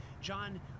John